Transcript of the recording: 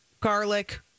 garlic